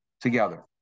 together